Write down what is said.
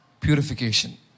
purification